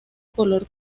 color